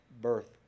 birth